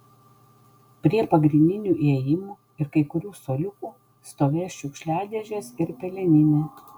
prie pagrindinių įėjimų ir kai kurių suoliukų stovės šiukšliadėžės ir peleninė